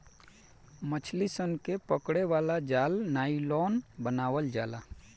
मछली सन के पकड़े वाला जाल नायलॉन बनावल जाला